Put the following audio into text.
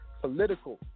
political